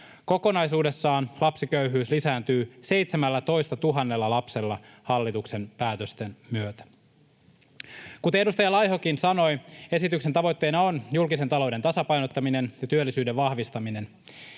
Kokonaisuudessaan lapsiköyhyys lisääntyy 17 000 lapsella hallituksen päätösten myötä. Kuten edustaja Laihokin sanoi, esityksen tavoitteena on julkisen talouden tasapainottaminen ja työllisyyden vahvistaminen.